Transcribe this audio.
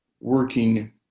working